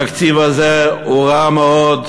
התקציב הזה הוא רע מאוד